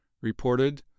reported